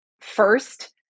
first